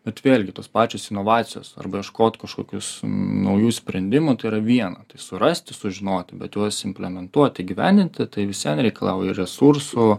bet vėlgi tos pačios inovacijos arba ieškot kažkokius naujų sprendimų tai yra viena tai surasti sužinoti bet juos implementuoti įgyvendinti tai vis vien reikalauja resursų